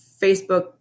Facebook